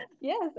Yes